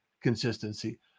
consistency